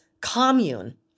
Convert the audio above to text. commune